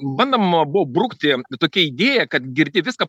bandoma buvo brukti tokią idėją kad girdi viską